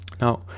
Now